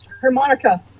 Harmonica